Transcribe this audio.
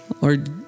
Lord